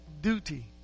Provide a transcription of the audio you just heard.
duty